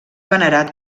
venerat